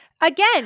again